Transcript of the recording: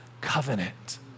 covenant